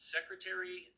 Secretary